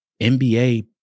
nba